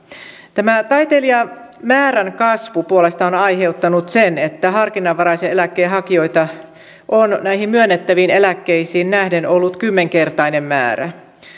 tämä taitelijamäärän kasvu puolestaan on on aiheuttanut sen että harkinnanvaraisen eläkkeen hakijoita on näihin myönnettäviin eläkkeisiin nähden ollut kymmenkertainen määrä